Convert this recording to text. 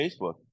Facebook